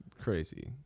crazy